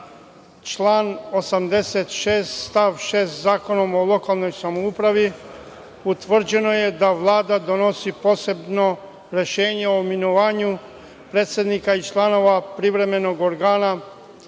Članom 86. stav 6. Zakona o lokalnoj samoupravi utvrđeno je da Vlada donosi posebno rešenje o imenovanju predsednika i članova privremenog organa,